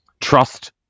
trust